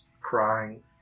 crying